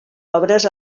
obres